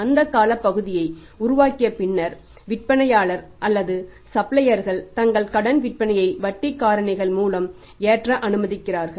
அந்தக் காலப் பகுதியை உருவாக்கிய பின்னர் விற்பனையாளர் அல்லது சப்ளையர்கள் தங்கள் கடன் விற்பனையை வட்டி காரணி மூலம் ஏற்ற அனுமதிக்கிறார்கள்